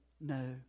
no